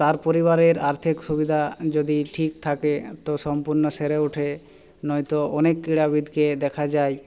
তার পরিবারের আর্থিক সুবিধা যদি ঠিক থাকে তো সম্পূর্ণ সেরে ওঠে নয়তো অনেক ক্রীড়াবিদকে দেখা যায়